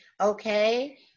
Okay